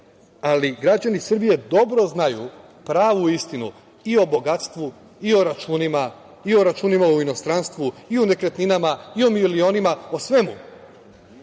ali građani Srbije dobro znaju, pravu istinu i o bogatstvu, i o računima, i o računima u inostranstvu i o nekretninama, i o milionima, o svemu. Ono